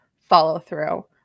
follow-through